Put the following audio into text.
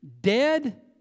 dead